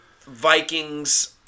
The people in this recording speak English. Vikings